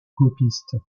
copistes